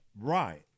right